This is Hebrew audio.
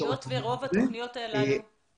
היות והתוכניות הללו